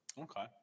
Okay